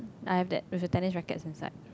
I have that with a tennis racquet inside